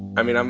i mean, um